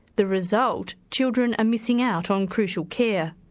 the result children are missing out on crucial care.